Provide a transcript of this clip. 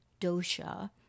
dosha